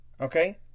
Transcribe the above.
Okay